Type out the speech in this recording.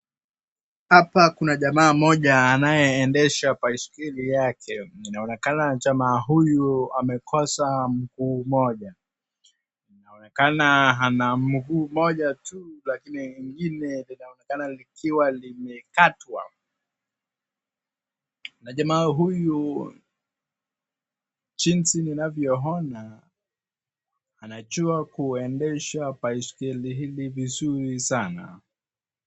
Hapa kuna jamaa mmoja anayeendesha baiskeli yake. Inaonekana jamaa amekosa mguu mmoja. Inaonekana ana mguu mmoja tu lakini ingine linaonekana likiwa limekatwa. Na jamaa huyu jinsi ninavyoona anajua kuendesha baiskeli hili vizuri sana.